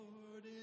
Lord